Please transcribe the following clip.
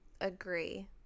Agree